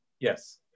Yes